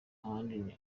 ahandi